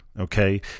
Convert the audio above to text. okay